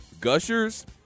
Gushers